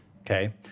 okay